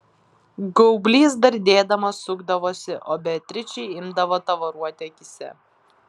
gaublys dardėdamas sukdavosi o beatričei imdavo tavaruoti akyse